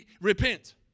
repent